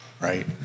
right